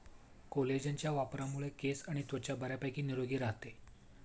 कोलेजनच्या वापरामुळे केस आणि त्वचा बऱ्यापैकी निरोगी राहते